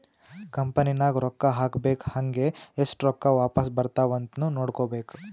company ನಾಗ್ ರೊಕ್ಕಾ ಹಾಕ್ಬೇಕ್ ಹಂಗೇ ಎಸ್ಟ್ ರೊಕ್ಕಾ ವಾಪಾಸ್ ಬರ್ತಾವ್ ಅಂತ್ನು ನೋಡ್ಕೋಬೇಕ್